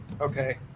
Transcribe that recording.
Okay